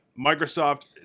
Microsoft